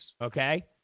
okay